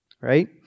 right